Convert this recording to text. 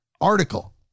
Article